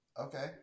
Okay